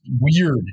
weird